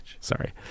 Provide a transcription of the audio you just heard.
Sorry